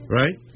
right